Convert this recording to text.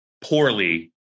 poorly